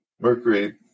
mercury